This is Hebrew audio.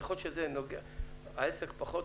ככל שהעסק פחות